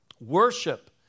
Worship